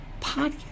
podcast